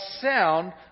sound